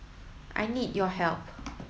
I need your help